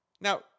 Now